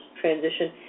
transition